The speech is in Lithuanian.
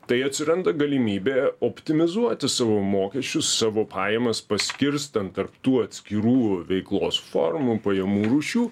tai atsiranda galimybė optimizuoti savo mokesčius savo pajamas paskirstant tarp tų atskirų veiklos formų pajamų rūšių